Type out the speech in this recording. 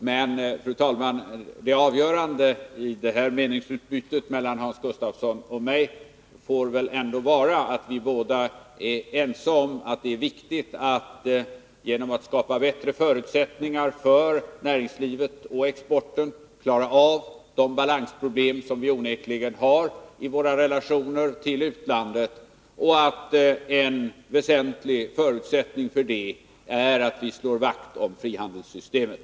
Men, fru talman, det avgörande i detta meningsutbyte mellan Hans Gustafsson och mig är väl ändå att vi båda är ense om att det är viktigt att genom att skapa bättre förutsättningar för näringslivet och exporten klara av de balansproblem som vi onekligen har i relationerna med utlandet, varvid en väsentlig förutsättning är att vi slår vakt om frihandelssystemet.